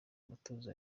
umutuzo